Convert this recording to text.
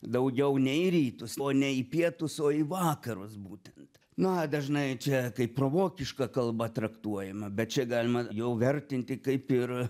daugiau ne į rytus o ne į pietus o į vakarus būtent na dažnai čia kaip provokiška kalba traktuojama bet čia galima jau vertinti kaip ir